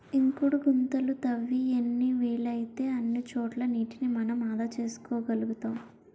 ఇంకుడు గుంతలు తవ్వి ఎన్ని వీలైతే అన్ని చోట్ల నీటిని మనం ఆదా చేసుకోగలుతాం